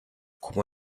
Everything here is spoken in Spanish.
como